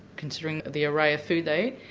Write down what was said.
considering the array of food they